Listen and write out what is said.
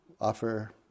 offer